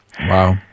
Wow